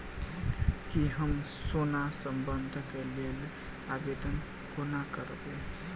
की हम सोना बंधन कऽ लेल आवेदन कोना करबै?